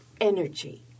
energy